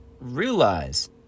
realize